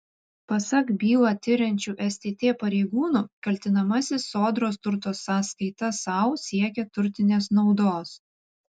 pasak bylą tiriančių stt pareigūnų kaltinamasis sodros turto sąskaita sau siekė turtinės naudos